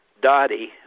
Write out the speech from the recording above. Dottie